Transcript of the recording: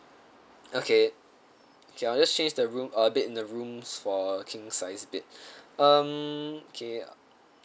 okay okay I'll just change the room uh bed in the rooms for king size bed um okay